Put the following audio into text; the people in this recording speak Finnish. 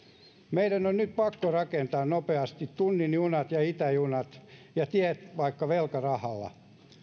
meidän on nyt pakko rakentaa nopeasti tunnin junat ja itäjunat ja tiet vaikka velkarahalla